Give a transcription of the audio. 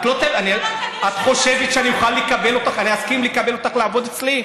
את חושבת שאני אסכים לקבל אותך לעבוד אצלי?